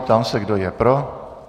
Ptám se, kdo je pro.